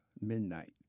Midnight